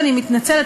אני מתנצלת,